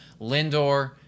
Lindor